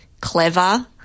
clever